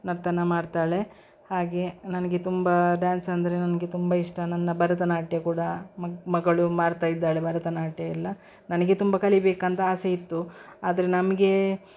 ನರ್ತನ ಮಾಡ್ತಾಳೆ ಹಾಗೆ ನನಗೆ ತುಂಬ ಡ್ಯಾನ್ಸ್ ಅಂದರೆ ನನಗೆ ತುಂಬ ಇಷ್ಟ ನನ್ನ ಭರತನಾಟ್ಯ ಕೂಡ ಮಗಳು ಮಾಡ್ತಾ ಇದ್ದಾಳೆ ಭರತನಾಟ್ಯ ಎಲ್ಲ ನನಗೆ ತುಂಬ ಕಲಿಯಬೇಕಂತ ಆಸೆ ಇತ್ತು ಆದರೆ ನಮಗೆ